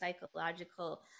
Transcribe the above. psychological